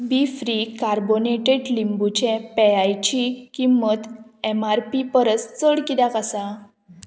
बी free carbonated लिंबूचे पेयची किंमत एम आर पी परस चड कित्याक आसा